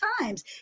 times